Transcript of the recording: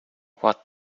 what